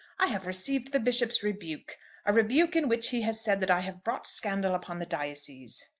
i have received the bishop's rebuke a rebuke in which he has said that i have brought scandal upon the diocese.